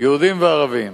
יהודים וערבים.